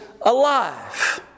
alive